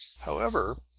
however,